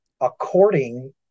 according